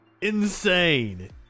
Insane